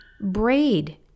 braid